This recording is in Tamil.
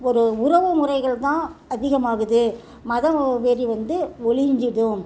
ஒரு உறவு முறைகள்தான் அதிகமாகுது மதவெறி வந்து ஒழிஞ்சிடும்